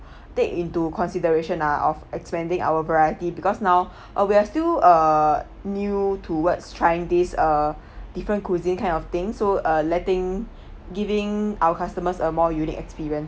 take into consideration ah of expanding our variety because now err we're still uh new towards trying these err different cuisine kind of thing so uh letting giving our customers a more unique experience